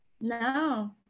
No